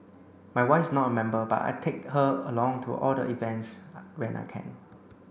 my wife is not a member but I take her along to all the events when I can